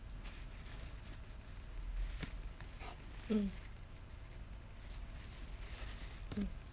mm mm